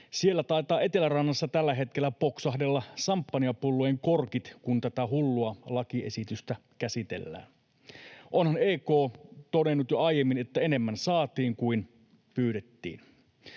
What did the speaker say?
Siellä Etelärannassa taitaa tällä hetkellä poksahdella samppanjapullojen korkit, kun tätä hullua lakiesitystä käsitellään. Onhan EK todennut jo aiemmin, että enemmän saatiin kuin pyydettiin.